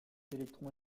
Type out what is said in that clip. électron